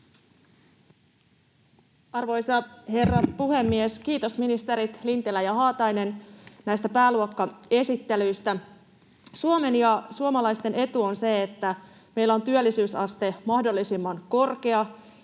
Arvoisa herra puhemies! Kiitos ministerit Lintilä ja Haatainen näistä pääluokkaesittelyistä. Suomen ja suomalaisten etu on se, että meillä on työllisyysaste mahdollisimman korkea,